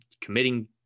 committing